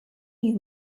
you